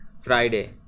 Friday